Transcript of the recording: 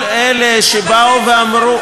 אבל,